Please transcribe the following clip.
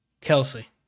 Kelsey